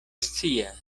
scias